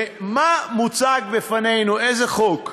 מה מוצג בפנינו, איזה חוק?